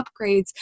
upgrades